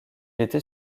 était